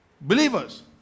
Believers